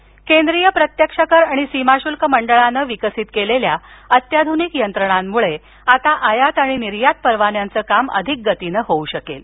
सीमाशल्क केंद्रिय प्रत्यक्ष कर आणि सीमाशूल्क मंडळानं विकसित केलेल्या अत्याधूनिक यंत्रणांमुळे आता आयात आणि निर्यात परवान्यांचं काम अधिक गतीन होऊ शकेल